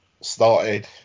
started